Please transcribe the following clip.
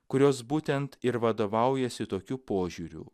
kurios būtent ir vadovaujasi tokiu požiūriu